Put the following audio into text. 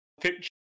Picture